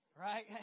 right